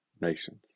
nations